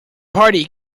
party